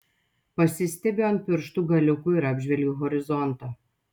pasistiebiu ant pirštų galiukų ir apžvelgiu horizontą